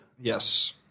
Yes